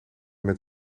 met